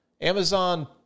Amazon